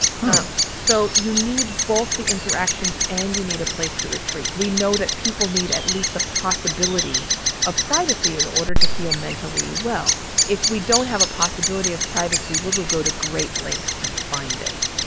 huh? so you need both the interactions and you need a place to retreat. we know that people need at least the possibility of privacy in order to feel mentally well. if we don't have a possibility of privacy, we will go to great lengths to find it.